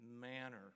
manner